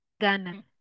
Ghana